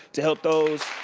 to help those,